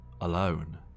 alone